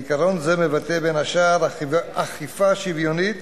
עיקרון זה מבטא בין השאר אכיפה שוויונית